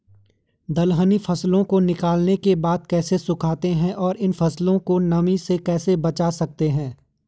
दलहनी फसलों को निकालने के बाद कैसे सुखाते हैं और इन फसलों को नमी से कैसे बचा सकते हैं?